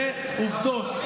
זה השקרים שלכם, זה עובדות.